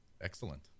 Excellent